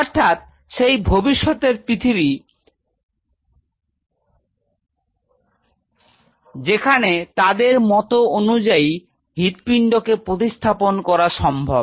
অর্থাৎ সেই ভবিষ্যতের পৃথিবী যেখানে তাদের মত অনুযায়ী হৃৎপিণ্ডকে প্রতিস্থাপন করা সম্ভব